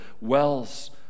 wells